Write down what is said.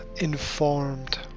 informed